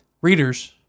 readers